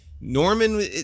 Norman